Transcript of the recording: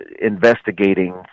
investigating